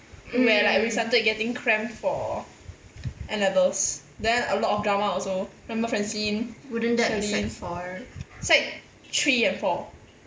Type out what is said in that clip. where like we started getting cramped for N levels then a lot of drama also remember francine sec three and four